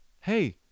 hey